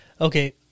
Okay